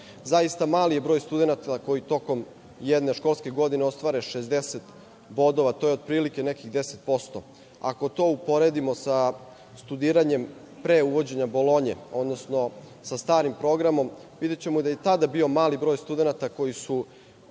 Zaista je mali broj studenata koji tokom jedne školske godine ostvare 60 bodova. To je otprilike nekih 10%. Ako to uporedimo sa studiranjem pre uvođenja Bolonje, odnosno sa starim programom, videćemo da je i tada bio mali broj studenata koji su